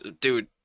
dude